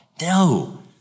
No